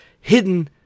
hidden